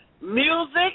music